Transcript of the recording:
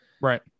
right